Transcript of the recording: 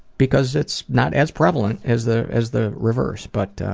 because it's not as prevalent as the as the reverse, but.